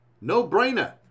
No-brainer